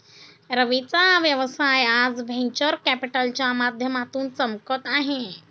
रवीचा व्यवसाय आज व्हेंचर कॅपिटलच्या माध्यमातून चमकत आहे